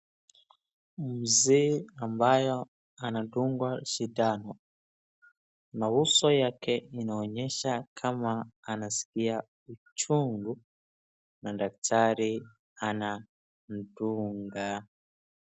Mzee ambayo anadungwa sindano, na uso yake inaonyesha kama anaskia uchungu, na daktari anamdunga.